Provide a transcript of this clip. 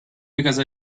because